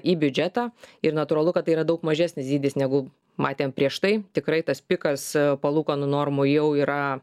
į biudžetą ir natūralu kad tai yra daug mažesnis dydis negu matėm prieš tai tikrai tas pikas palūkanų normų jau yra